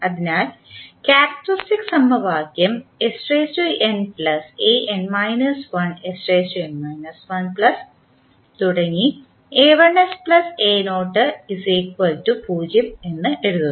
അതിനാൽ ക്യാരക്ക്റ്ററിസ്റ്റിക് സമവാക്യം എന്ന് എഴുതുന്നു